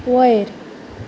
वयर